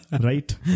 Right